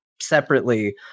separately